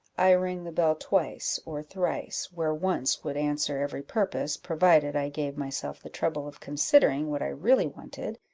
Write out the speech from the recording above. i ring the bell twice or thrice, where once would answer every purpose, provided i gave myself the trouble of considering what i really wanted,